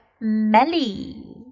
Melly